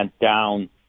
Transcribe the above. down